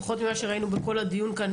לפחות ממה שראינו בכל הדיון כאן,